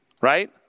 right